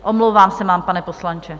Omlouvám se vám, pane poslanče.